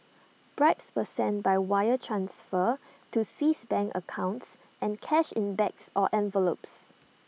bribes were sent by wire transfer to Swiss bank accounts and cash in bags or envelopes